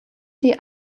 die